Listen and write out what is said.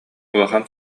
улахан